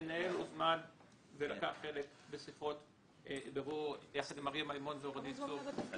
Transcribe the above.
המנהל הוזמן ולקח חלק בשיחות בירור יחד עם אריה מימון ורונית צור.